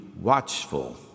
watchful